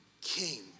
king